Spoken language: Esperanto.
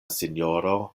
sinjoro